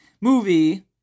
movie